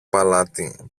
παλάτι